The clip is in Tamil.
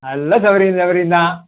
எல்லாம் சௌகரியம் சௌகரியம்தான்